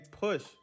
push